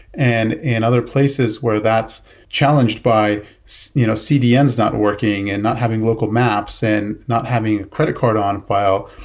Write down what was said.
and in other places where that's challenged by you know cdns not working and not having local maps and not having a credit card on file.